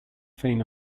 feign